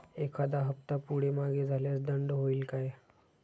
एखादा हफ्ता पुढे मागे झाल्यास दंड होईल काय?